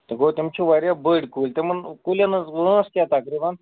گوٚو تِم چھِ وارِیاہ بٔڈۍ کُلۍ تِمن کُلٮ۪ن ہٕنٛزٕے وٲنٛس کیٛاہ تقریٖبن